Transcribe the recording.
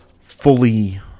fully